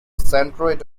centroid